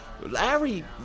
Larry